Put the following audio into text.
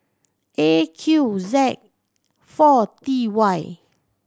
A Q Z four T Y